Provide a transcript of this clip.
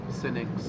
cynics